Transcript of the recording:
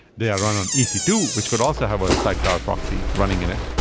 they are run on e c two, which could also have a sidecar proxy running in it.